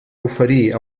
oferir